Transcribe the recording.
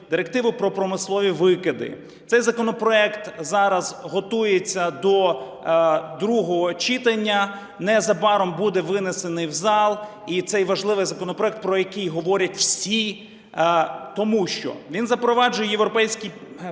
Директиву про промислові викиди. Цей законопроект зараз готується до другого читання, незабаром буде винесений в зал, і цей важливий законопроект, про який говорять всі. Тому що він запроваджує європейську систему